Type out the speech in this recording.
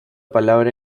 palabra